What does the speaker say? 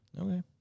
Okay